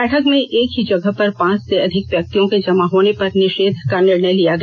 बैठक में एक ही जगह पर पांच से अधिक व्यक्तियों के जमा होने पर निषेध का निर्णय लिया गया